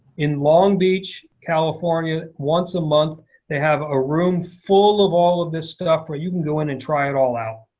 in long beach, california, once a month they have a room full of all this stuff where you can go in and try it all out.